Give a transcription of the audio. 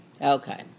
Okay